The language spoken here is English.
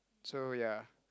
so ya